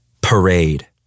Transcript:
Parade